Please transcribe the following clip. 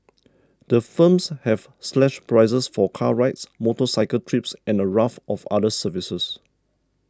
the firms have slashed prices for car rides motorcycle trips and a raft of other services